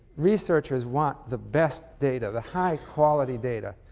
researchers want the best data, the high quality data,